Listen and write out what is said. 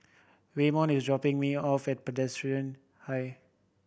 Waymon is dropping me off at Presbyterian High